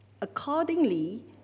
accordingly